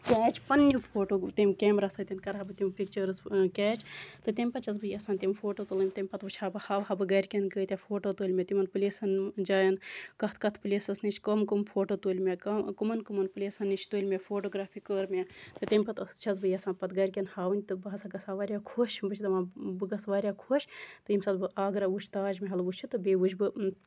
کیچ پَننی فوٹو تمہِ کیمرا سۭتۍ کَرہا بہٕ تِم پِکچٲرس کیچ تہٕ تمہِ پَتہٕ چھَس بہٕ یَژھان بہٕ تِم فوٹو تُلٕنۍ تمہِ پَتہٕ وٕچھ ہا بہٕ ہاوہا بہٕ گَرکیٚن فوٹو تُلمٕتۍ تِمَن پلیسَن جایَن کتھ کتھ پلیسَس نِش کم کم فوٹو تُلۍ مےٚ کِمَن کمن پلیسَن نِش تُلۍ مےٚ فوٹوگرافی کٔر مےٚ تہٕ تمہِ پَتہٕ چھَس بہٕ یَژھان گَرکیٚن ہاوٕنۍ تہٕ بہٕ ہَسا گَژھِ ہا بہٕ واریاہ خۄش بہٕ چھَس دَپان بہٕ گَژھِ واریاہ خۄش تہٕ ییٚمہِ ساتہٕ بہٕ آگرا وٕچھِ تاج محل وٕچھِ تہٕ بیٚیہِ وٕچھِ بہٕ